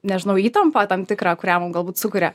nežinau įtampą tam tikrą kurią mum galbūt sukuria